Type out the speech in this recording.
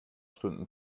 stunden